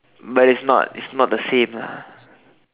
but it's not it's not the same lah